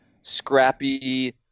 scrappy